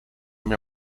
mia